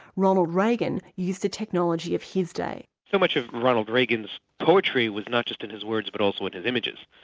ronald reagan used the technology of his day. so much of ronald reagan's poetry was not just in his words but also in his images,